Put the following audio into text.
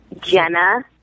Jenna